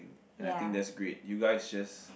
and I think that's great you guys just